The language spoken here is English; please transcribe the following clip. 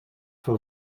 for